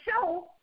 show